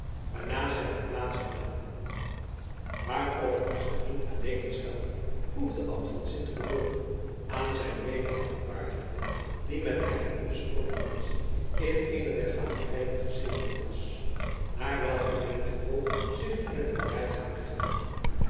waarna zij hun plaats hernamen waar of onze vriend adeelen schuilt vroeg de abt van sint odulf aan zijn mede afgevaardigde die met hem en de schoone madzy in eene der gaanderijen gezeten was naar welke menig oog zich in t voorbijgaan richtte